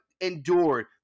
endured